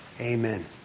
amen